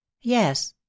Yes